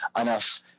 enough